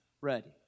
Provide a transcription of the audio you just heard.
ready